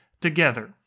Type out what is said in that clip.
together